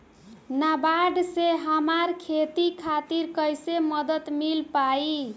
नाबार्ड से हमरा खेती खातिर कैसे मदद मिल पायी?